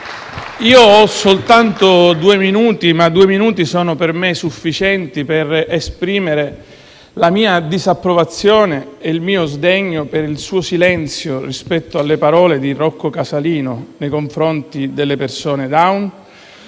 ho soltanto due minuti, che sono per me sufficienti ad esprimere la mia disapprovazione e il mio sdegno per il suo silenzio rispetto alle parole di Rocco Casalino nei confronti delle persone Down,